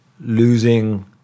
losing